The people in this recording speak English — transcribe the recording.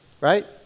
right